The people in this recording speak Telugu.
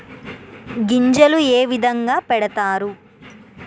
గింజలు ఏ విధంగా పెడతారు?